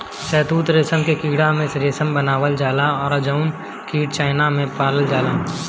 शहतूत रेशम के कीड़ा से रेशम बनावल जाला जउन कीट चाइना में पालल जाला